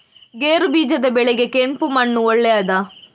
ಗೇರುಬೀಜದ ಬೆಳೆಗೆ ಕೆಂಪು ಮಣ್ಣು ಒಳ್ಳೆಯದಾ?